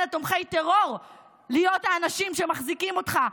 לתומכי טרור להיות האנשים שמחזיקים אותך,